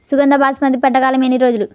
సుగంధ బాస్మతి పంట కాలం ఎన్ని రోజులు?